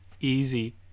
easy